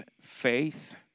faith